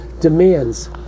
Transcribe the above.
demands